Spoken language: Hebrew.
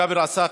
ג'אבר עסאקלה,